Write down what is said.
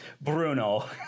Bruno